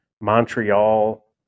montreal